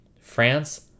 France